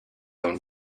own